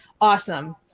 awesome